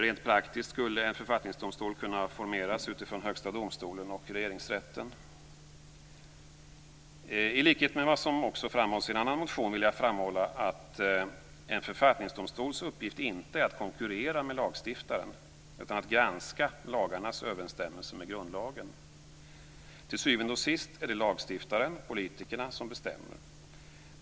Rent praktiskt skulle en författningsdomstol kunna formeras utifrån Högsta domstolen och Regeringsrätten. I likhet med vad som framhålls i en annan motion vill jag framhålla att en författningsdomstols uppgift inte är att konkurrera med lagstiftaren, utan att granska lagarnas överensstämmelse med grundlagen. Till syvende och sist är det lagstiftaren - politikerna - som bestämmer.